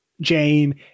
Jane